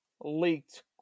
Leaked